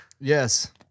Yes